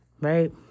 right